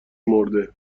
مرده